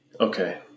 Okay